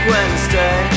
Wednesday